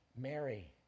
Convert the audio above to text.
mary